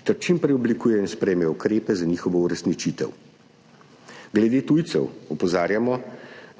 ter čim prej oblikujejo in sprejmejo ukrepe za njihovo uresničitev. Glede tujcev opozarjamo,